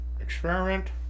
experiment